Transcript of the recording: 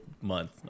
month